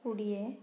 କୋଡ଼ିଏ